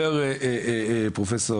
אומר פרופ'